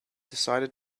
decided